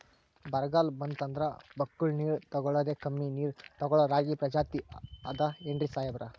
ಬರ್ಗಾಲ್ ಬಂತಂದ್ರ ಬಕ್ಕುಳ ನೀರ್ ತೆಗಳೋದೆ, ಕಮ್ಮಿ ನೀರ್ ತೆಗಳೋ ರಾಗಿ ಪ್ರಜಾತಿ ಆದ್ ಏನ್ರಿ ಸಾಹೇಬ್ರ?